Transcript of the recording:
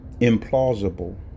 implausible